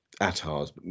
Atar's